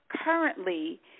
Currently